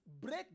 break